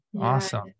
Awesome